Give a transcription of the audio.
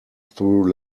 through